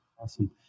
Awesome